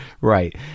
Right